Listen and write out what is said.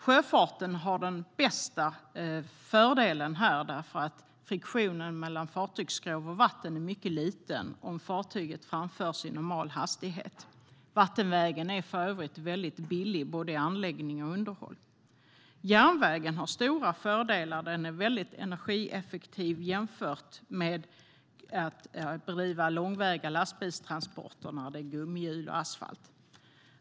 Sjöfarten har den största fördelen här, eftersom friktionen mellan fartygsskrov och vatten är mycket liten om fartygen framförs i normal hastighet. Vattenvägen är för övrigt väldigt billig i både anläggning och underhåll. Järnvägen har stora fördelar. Den är väldigt energieffektiv jämfört med långväga lastbilstransporter med friktion mellan gummihjul och asfalt.